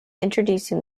introducing